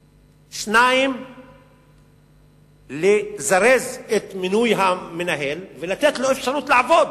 2. לזרז את מינוי המנהל ולתת לו אפשרות לעבוד.